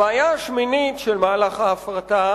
הבעיה השמינית במהלך ההפרטה